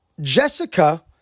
Jessica